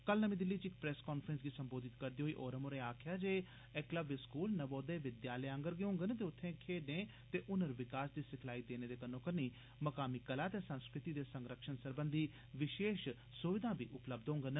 कल नर्मी दिल्ली च इक प्रेस कांफ्रेंस गी सम्बोधित करदे होई ओरम होरें आक्खेया जे एक्लव्य स्कूल नवोदय विद्यालय आंगर गै होगंन ते उत्थे खेड्ड ते हु नर विकास दी सिखलाई देने दे कन्नो कन्नी मकामी कला ते संस्कृति दे संरक्षण सरबंधी विशेष सुविधां बी उपलब्ध होगंन